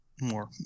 more